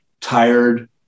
tired